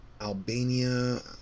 albania